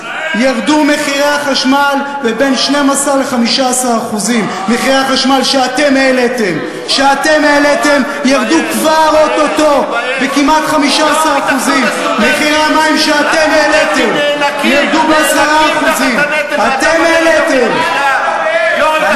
ירדו מחירי החשמל ב-12% 15%. מחירי החשמל